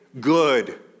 good